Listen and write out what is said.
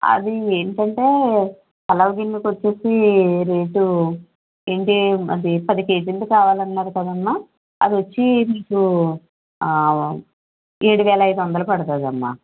అది ఏంటంటే పులావ్ గిన్నికి వచ్చి రేటు ఏంటి పది కేజీలది కావాలన్నారు కదమ్మా అది వచ్చి మీకు ఆ ఏడు వేల ఐదు వందలు పడుతుంది అమ్మా